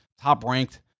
top-ranked